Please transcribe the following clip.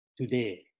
today